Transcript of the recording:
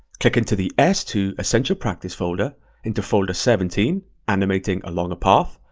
click into the s two essential practise folder into folder seventeen, animating along a path,